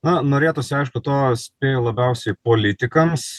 na norėtųsi aišku to spėju labiausiai politikams